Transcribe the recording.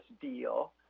deal